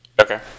Okay